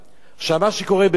מה שקורה בפועל,